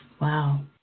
Wow